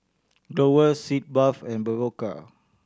Growell Sitz Bath and Berocca